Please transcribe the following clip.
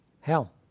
Hell